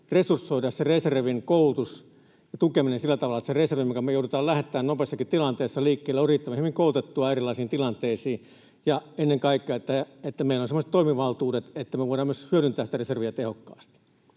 resursoida reservin koulutus ja tukeminen sillä tavalla, että se reservi, mikä me joudutaan lähettämään nopeassakin tilanteessa liikkeelle, on riittävän hyvin koulutettua erilaisiin tilanteisiin ja että meillä on ennen kaikkea semmoiset toimivaltuudet, että me voidaan myös hyödyntää sitä reserviä tehokkaasti.